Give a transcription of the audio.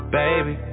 baby